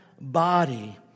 body